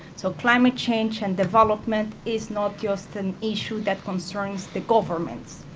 so climate change and development is not just an issue that concerns the governments.